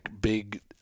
big